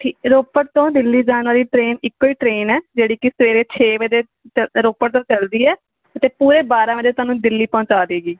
ਠੀਕ ਰੋਪੜ ਤੋਂ ਦਿੱਲੀ ਜਾਣ ਵਾਲੀ ਟਰੇਨ ਇੱਕੋ ਹੀ ਟਰੇਨ ਹੈ ਜਿਹੜੀ ਕਿ ਸਵੇਰੇ ਛੇ ਵਜੇ ਚ ਰੋਪੜ ਤੋਂ ਚੱਲਦੀ ਹੈ ਅਤੇ ਪੂਰੇ ਬਾਰ੍ਹਾਂ ਵਜੇ ਤੁਹਾਨੂੰ ਦਿੱਲੀ ਪਹੁੰਚਾ ਦੇਗੀ